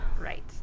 Right